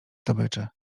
zdobyczy